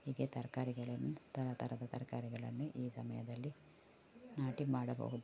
ಹೀಗೆ ತರಕಾರಿಗಳನ್ನು ಥರಥರದ ತರಕಾರಿಗಳನ್ನು ಈ ಸಮಯದಲ್ಲಿ ನಾಟಿ ಮಾಡಬಹುದು